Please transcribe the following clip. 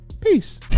Peace